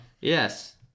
Yes